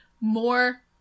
more